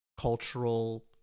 cultural